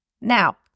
Now